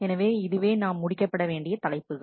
எனவே இதுவே நாம் முடிக்கப்பட வேண்டிய தலைப்புகள்